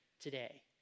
today